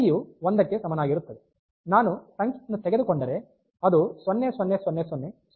i u 1ಕ್ಕೆ ಸಮನಾಗಿರುತ್ತದೆ ನಾನು ಸಂಖ್ಯೆಯನ್ನು ತೆಗೆದುಕೊಂಡರೆ ಅದು 0000 0000 0000 ಆಗಿರುತ್ತದೆ